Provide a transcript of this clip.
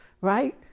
right